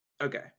Okay